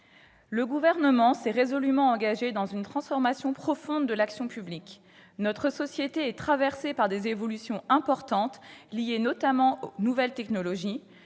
le Gouvernement s'est résolument engagé dans une transformation profonde de l'action publique. Notre société est traversée par des évolutions importantes liées notamment aux nouvelles technologies.